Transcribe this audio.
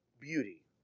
beauty